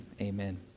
Amen